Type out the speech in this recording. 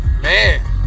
Man